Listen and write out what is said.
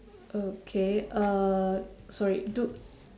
okay uh sorry do